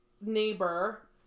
neighbor